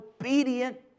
obedient